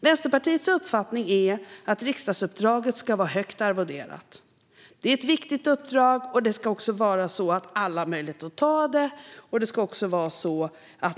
Vänsterpartiets uppfattning är att riksdagsuppdraget ska vara högt arvoderat. Det är ett viktigt uppdrag, och alla ska ha möjlighet att ta det.